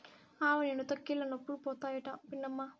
ఆవనూనెతో కీళ్లనొప్పులు పోతాయట పిన్నమ్మా